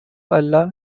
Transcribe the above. allah